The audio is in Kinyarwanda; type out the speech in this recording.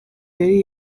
yari